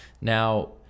Now